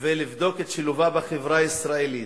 ולבדוק את שילובה בחברה הישראלית,